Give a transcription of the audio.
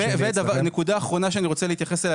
נקודה אחרונה שאני רוצה להתייחס אליה